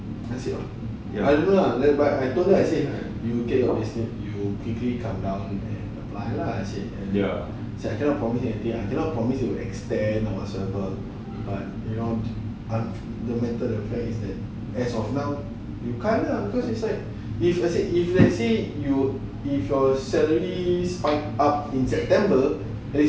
I don't know lah but I told her I said you get your payslip you quickly come down and apply lah said I cannot promise anything I cannot promise it will extend or whatsoever but you know the matter the fact is that as of now you can't lah cause it's like if let's say if let's say you if your salary spike up in september that's not too bad you see